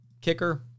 Kicker